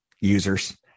users